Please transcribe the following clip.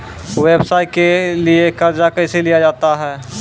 व्यवसाय के लिए कर्जा कैसे लिया जाता हैं?